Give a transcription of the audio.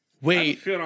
wait